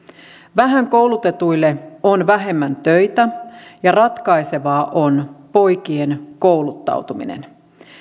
vähän koulutetuille on vähemmän töitä ja ratkaisevaa on poikien kouluttautuminen